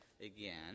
again